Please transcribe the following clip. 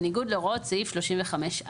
בניגוד להוראות סעיף 35(א).